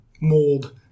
mold